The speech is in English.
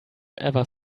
ever